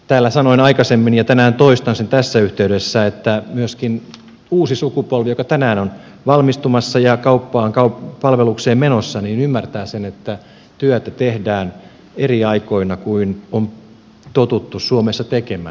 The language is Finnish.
täällä sanoin aikaisemmin ja tänään toistan sen tässä yhteydessä että uusi sukupolvi joka tänään on valmistumassa ja kaupan palvelukseen menossa ymmärtää sen että työtä tehdään eri aikoina kuin on totuttu suomessa tekemään